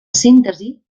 síntesi